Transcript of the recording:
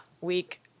Week